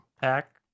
pack